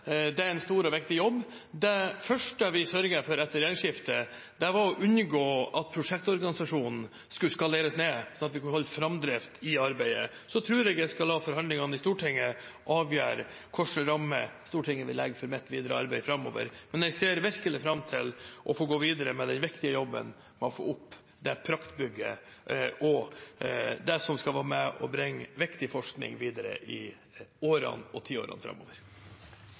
prosjektorganisasjonen skulle skaleres ned, sånn at vi kunne holde framdrift i arbeidet. Jeg tror jeg skal la forhandlingene i Stortinget avgjøre hvilke rammer Stortinget vil legge for mitt videre arbeid framover, men jeg ser virkelig fram til å få gå videre med den viktige jobben med å få opp det praktbygget og det som skal være med på å bringe viktig forskning videre i årene og tiårene framover.